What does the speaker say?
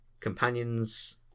Companions